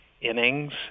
innings